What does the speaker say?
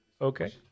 Okay